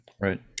right